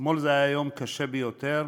אתמול היה יום קשה ביותר.